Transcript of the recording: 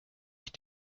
ich